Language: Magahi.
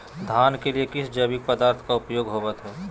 धान के लिए किस जैविक पदार्थ का उपयोग होवत है?